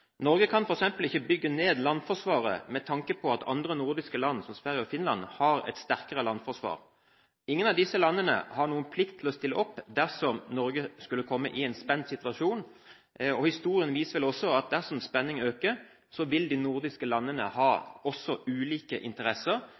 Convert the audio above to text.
Norge kan f.eks. ikke bygge ned landforsvaret med tanke på at andre nordiske land, som Sverige og Finland, har et sterkere landforsvar. Ingen av disse landene har noen plikt til å stille opp dersom Norge skulle komme i en spent situasjon. Historien viser vel også at dersom spenningen øker, vil de nordiske landene ha ulike interesser,